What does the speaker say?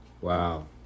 Wow